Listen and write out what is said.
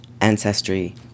ancestry